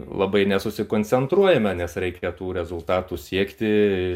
labai nesusikoncentruojame nes reikia tų rezultatų siekti